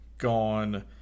gone